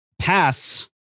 pass